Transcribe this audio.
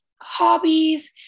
hobbies